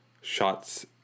shots